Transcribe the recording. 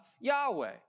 Yahweh